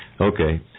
Okay